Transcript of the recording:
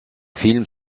film